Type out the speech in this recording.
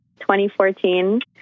2014